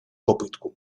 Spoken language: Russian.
попытку